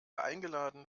eingeladen